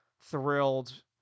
thrilled